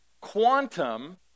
Quantum